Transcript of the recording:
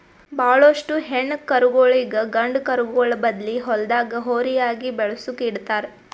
ಭಾಳೋಷ್ಟು ಹೆಣ್ಣ್ ಕರುಗೋಳಿಗ್ ಗಂಡ ಕರುಗೋಳ್ ಬದ್ಲಿ ಹೊಲ್ದಾಗ ಹೋರಿಯಾಗಿ ಬೆಳಸುಕ್ ಇಡ್ತಾರ್